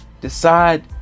decide